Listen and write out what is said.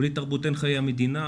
בלי תרבות אין חיי המדינה.